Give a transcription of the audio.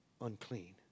Unclean